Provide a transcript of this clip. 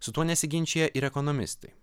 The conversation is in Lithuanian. su tuo nesiginčija ir ekonomistai